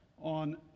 on